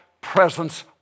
presence